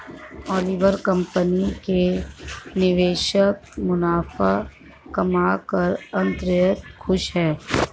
Oliver company के निवेशक मुनाफा कमाकर अत्यंत खुश हैं